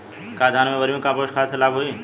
का धान में वर्मी कंपोस्ट खाद से लाभ होई?